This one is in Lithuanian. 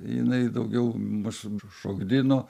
jinai daugiau mus šokdino